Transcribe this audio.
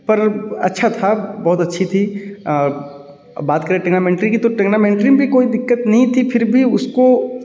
पर अच्छा था बहुत अच्छी थी बात करें टेग्नामेंट्री की तो टेग्नामेंट्री में कोई दिक्कत नहीं थी फिर भी उसको